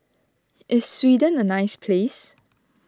is Sweden a nice place